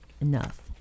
enough